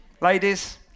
Ladies